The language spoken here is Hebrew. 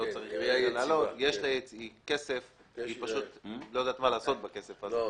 של סגני ראש רשות שאפשר למנות ללא קשר לשאלה האם